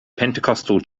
pentecostal